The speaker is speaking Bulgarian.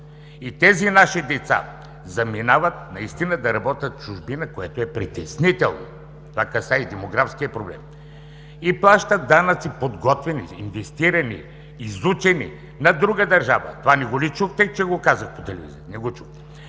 и тези наши деца заминават да работят в чужбина, което е притеснително – това касае и демографския проблем, и плащат данъци – подготвени, инвестирани, изучени, на друга държава. Това не го ли чухте, че го казах по телевизията? Не го чухте.